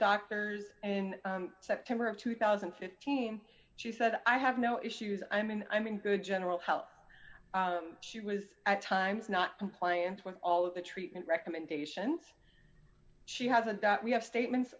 doctors in september of two thousand and fifteen she said i have no issues i'm in i'm in good general health she was at times not compliant with all of the treatment recommendations she hasn't got we have statements